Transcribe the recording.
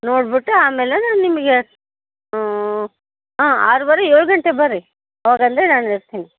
ನೋಡಿಬಿಟ್ಟು ಆಮೇಲೆ ನಾನು ನಿಮಗೆ ಹಾಂ ಆರೂವರೆ ಏಳು ಗಂಟೆಗೆ ಬನ್ರಿ ಅವಾಗಂದರೆ ನಾನು ಇರ್ತೀನಿ